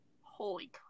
Holy